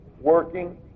working